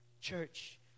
church